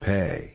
Pay